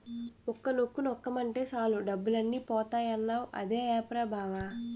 ఒక్క నొక్కు నొక్కేమటే సాలు డబ్బులన్నీ పోతాయన్నావ్ అదే ఆప్ రా బావా?